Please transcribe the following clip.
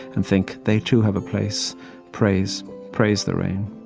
and think, they too have a place. praise praise the rain,